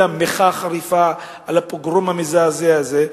מחאה חריפה על הפוגרום המזעזע הזה,